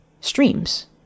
streams